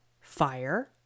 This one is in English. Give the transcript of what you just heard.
fire